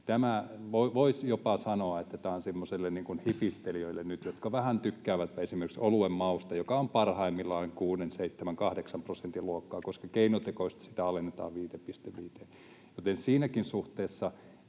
voisi jopa sanoa, on semmoisille hifistelijöille, jotka vähän tykkäävät esimerkiksi oluen mausta, joka on parhaimmillaan 6:n, 7:n, 8:n prosentin luokassa, koska sitä keinotekoisesti alennetaan 5,5:een. Joten siinäkään suhteessa